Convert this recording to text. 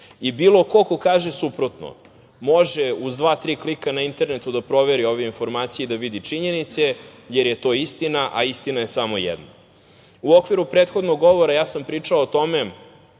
i bilo ko ko kaže suprotno može uz dva, tri klika na internetu da proveri ove informacije i da vidi činjenice jer je to istina, a istina je samo jedna.U okviru prethodnog govora ja sam pričao o tome